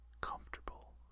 comfortable